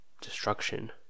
destruction